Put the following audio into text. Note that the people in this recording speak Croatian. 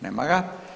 Nema ga.